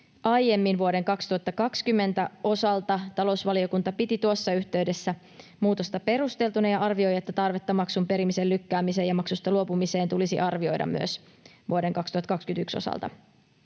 aiemmin vuoden 2020 osalta. Talousvaliokunta piti tuossa yhteydessä muutosta perusteltuna ja arvioi, että tarvetta maksun perimisen lykkäämiseen ja maksusta luopumiseen tulisi arvioida myös vuoden 2021 osalta.